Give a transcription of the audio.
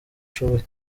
ushoboye